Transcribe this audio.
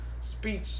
speech